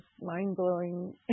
mind-blowing